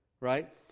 right